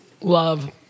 Love